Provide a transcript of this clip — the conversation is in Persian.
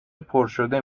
پرشده